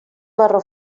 marró